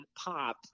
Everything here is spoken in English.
pop